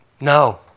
No